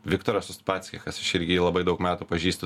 viktoras uspaskichas aš irgi jį labai daug metų pažįstu